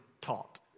taught